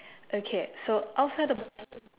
okay so outside of